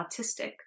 autistic